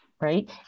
right